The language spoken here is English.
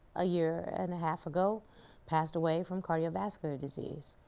a year and a half ago passed away from cardiovascular disease.